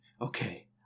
okay